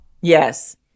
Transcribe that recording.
Yes